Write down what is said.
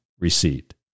Receipt